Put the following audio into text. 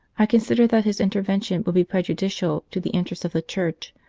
i consider that his intervention would be prejudicial to the interests of the church,